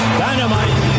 dynamite